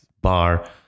bar